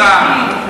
משרד האוצר,